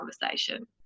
conversation